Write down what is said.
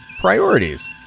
priorities